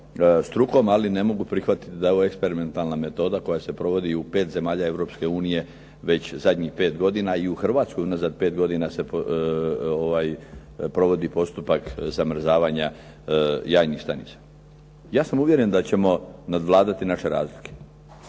strukom, ali ne mogu prihvatiti da je ovo eksperimentalna metoda koja se provodi u pet zemalja Europske unije, već zadnjih 5 godina, i u Hrvatskoj unazad 5 godina se provodi postupak zamrzavanja jajnih stanica. Ja sam uvjeren da ćemo nadvladati naše razlike.